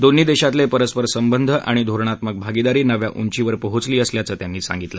दोन्ही देशातले परस्पर संबंध आणि धोरणात्मक भागिदारी नव्या उंचीवर पोहोचली असल्याचं त्यांनी सांगितलं